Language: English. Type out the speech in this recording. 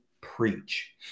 preach